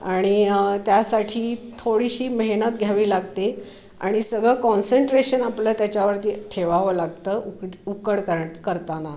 आणि त्यासाठी थोडीशी मेहनत घ्यावी लागते आणि सगळं कॉन्सन्ट्रेशन आपलं त्याच्यावरती ठेवावं लागतं उक उकड कर करताना